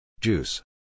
Juice